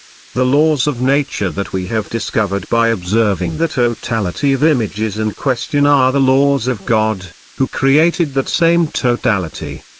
the laws of nature that we have discovered by observing the totality of images in question are the laws of god, who created that same totality.